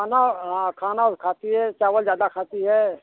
खाना खाना खाती है चावल ज़्यादा खाती है